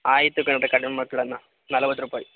ಆಯಿತು ಕಣ್ರಿ ಕಡ್ಮೆ ಮಾಡ್ಕೊಳಣ ನಲ್ವತ್ತು ರೂಪಾಯಿ